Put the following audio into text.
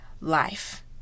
life